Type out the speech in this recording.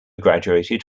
graduated